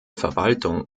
verwaltung